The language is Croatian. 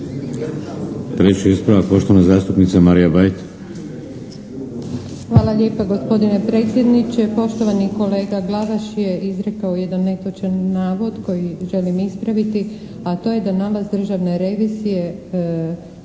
Treći ispravak, poštovana zastupnica Marija Bajt.